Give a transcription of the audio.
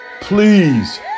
please